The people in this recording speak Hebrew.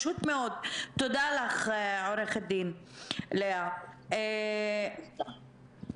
תודה לך, עו"ד לאה ופנר.